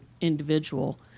individual